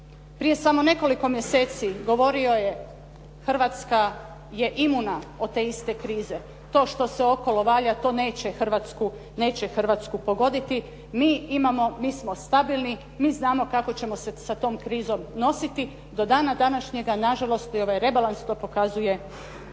Prije samo nekoliko mjeseci govorio je Hrvatska je imuna od te iste krize, to što e okolo valja to neće Hrvatsku pogoditi, mi smo stabilni, mi znamo kako ćemo se sa tom krizom nositi. Do dana današnjega nažalost i ovaj rebalans to pokazuje, ova